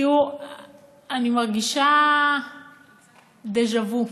אני מרגישה דז'ה-וו,